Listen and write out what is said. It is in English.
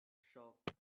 shocked